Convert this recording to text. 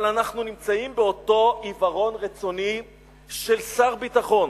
אבל אנחנו נמצאים באותו עיוורון רצוני של שר הביטחון.